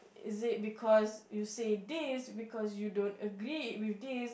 is it because you said this because you don't agree with this